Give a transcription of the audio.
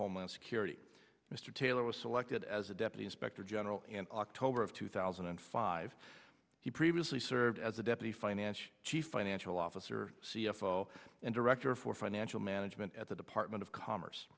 homeland security mr taylor was selected as a deputy inspector general and october of two thousand and five he previously served as a deputy finance chief financial officer c f o and director for financial management at the department of commerce